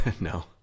no